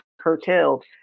curtailed